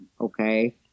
okay